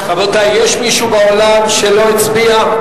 רבותי, יש מישהו באולם שלא הצביע?